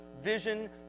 vision